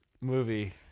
movie